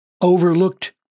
overlooked